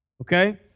okay